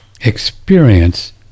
experience